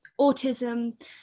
autism